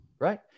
right